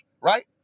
right